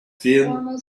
fine